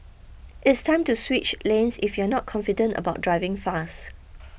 it's time to switch lanes if you're not confident about driving fast